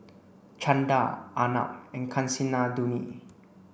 Chanda Arnab and Kasinadhuni